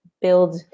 build